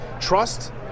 Trust